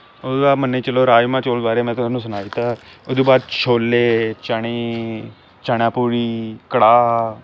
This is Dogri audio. ओह्दा मन्नेआ चलो राजमा दे बारे च में तुसो सनाई दित्ता ओह्दै बाद छोल्ले चने चनां पूड़ी कड़ाह्